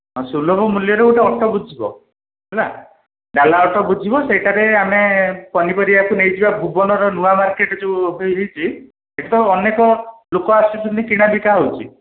ସୁଲଭ ମୂଲ୍ୟରେ ଗୋଟେ ଅଟୋ ବୁଝିବ ହେଲା ଡାଲା ଅଟୋ ବୁଝିବ ସେହିଟାରେ ଆମେ ପନିପରିବା କୁ ନେଇଯିବା ଭୁବନ ର ନୂଆ ମାର୍କେଟ ଯେଉଁ ଏବେ ହୋଇଛି ଏକ ଅନେକ ଲୋକ ଆସୁଛନ୍ତି କିଣାବିକା ହେଉଛି